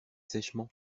sèchement